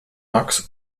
max